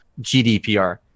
gdpr